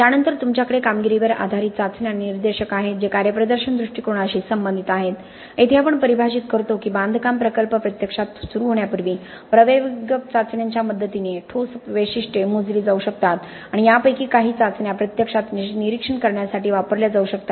त्यानंतर तुमच्याकडे कामगिरीवर आधारित चाचण्या आणि निर्देशक आहेत जे कार्यप्रदर्शन दृष्टिकोनाशी संबंधित आहेत येथे आपण परिभाषित करतो की बांधकाम प्रकल्प प्रत्यक्षात सुरू होण्यापूर्वी प्रवेगक चाचण्यांच्या मदतीने ठोस वैशिष्ट्ये मोजली जाऊ शकतात आणि यापैकी काही चाचण्या प्रत्यक्षात निरीक्षण करण्यासाठी वापरल्या जाऊ शकतात